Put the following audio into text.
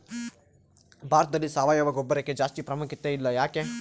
ಭಾರತದಲ್ಲಿ ಸಾವಯವ ಗೊಬ್ಬರಕ್ಕೆ ಜಾಸ್ತಿ ಪ್ರಾಮುಖ್ಯತೆ ಇಲ್ಲ ಯಾಕೆ?